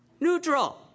neutral